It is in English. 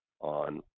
on